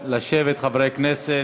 לשבת, חברי הכנסת.